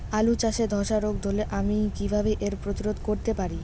আলু চাষে ধসা রোগ ধরলে আমি কীভাবে এর প্রতিরোধ করতে পারি?